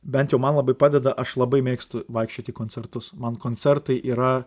bent jau man labai padeda aš labai mėgstu vaikščiot į koncertus man koncertai yra